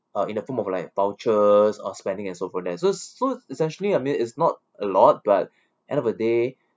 uh in the form of like voucher or spending and so for that s~ so it's actually I mean is not a lot but end of the day